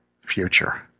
future